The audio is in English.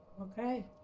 Okay